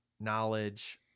Knowledge